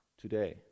today